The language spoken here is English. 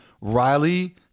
Riley